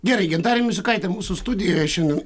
gerai gintarė misiukaitė mūsų studijoje šiandien